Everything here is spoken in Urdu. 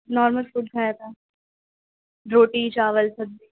نارمل فوڈ کھایا تھا روٹی چاول سبزی